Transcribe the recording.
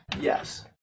Yes